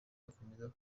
akomeza